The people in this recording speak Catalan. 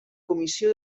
comissió